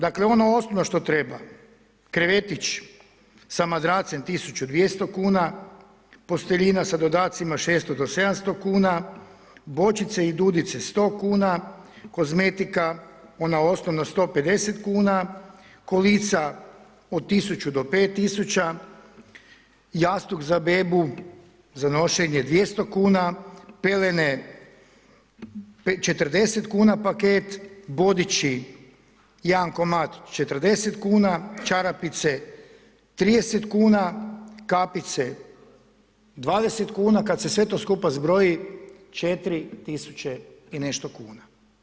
Dakle ono osnovno što treba, krevetić sa madracem 1200 kuna, posteljina sa dodacima 600 do 700 kuna, bočice i dudice 100 kuna, kozmetika, ona osnovna 150 kuna, kolica od 1000 do 5000, jastuk za bebu za nošenje 200 kuna, pelene 40 kuna paket, bodići jedan komad 40 kuna, čarapice 30 kuna, kapice 20 kuna, kada se sve to skupa zbroji 4000 i nešto kuna.